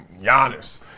Giannis